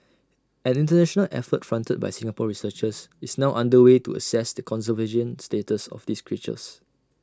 an International effort fronted by Singapore researchers is now under way to assess the conservation status of these creatures